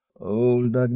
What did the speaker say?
old